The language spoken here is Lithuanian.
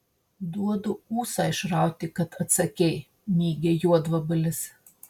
duodu ūsą išrauti kad atsakei mygia juodvabalis